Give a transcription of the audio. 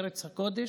בארץ הקודש,